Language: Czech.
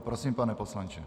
Prosím, pane poslanče.